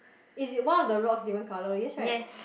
is it one of the rock different colour yes right